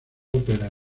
ópera